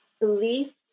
belief